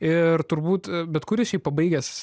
ir turbūt bet kuris šiaip pabaigęs